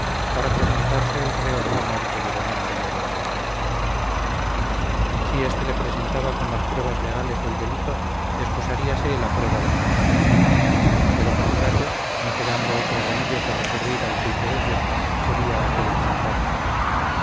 para presentarle el reo de la muerte de doña maría de albornoz si éste le presentaba con las pruebas legales del delito excusaríase la prueba del combate de lo contrario no quedando otro medio que recurrir al juicio de dios sería aquél inevitable